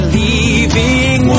leaving